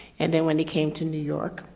and then when he came to new york,